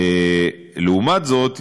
לעומת זאת,